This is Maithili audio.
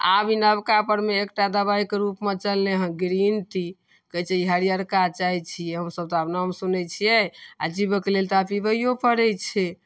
आब ई नबकापरमे एकटा दवाइके रूपमे चललै हँ ग्रीन टी कहै छै ई हरिअरका चाह छिए हमसभ तऽ आब नाम सुनै छिए आओर जीबऽके लेल तऽ आब पिबैऔ पड़ै छै